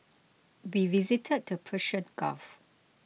we visited the Persian Gulf